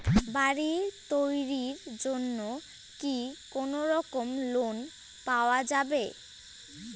বাড়ি তৈরির জন্যে কি কোনোরকম লোন পাওয়া যাবে?